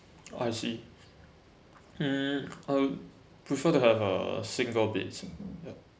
I see mm uh prefer to have a single beds